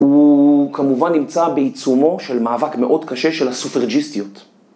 הוא כמובן נמצא בעיצומו של מאבק מאוד קשה של הסופרג'יסטיות.